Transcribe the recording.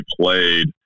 played